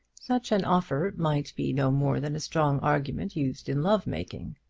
such an offer might be no more than a strong argument used in love-making.